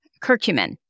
Curcumin